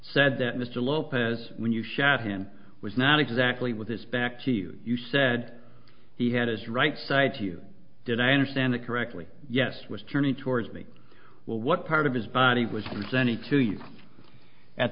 said that mr lopez when you shot him was not exactly with his back to you you said he had his right side to you did i understand it correctly yes was turning towards me well what part of his body was presenting to you at